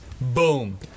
Boom